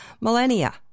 Millennia